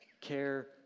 care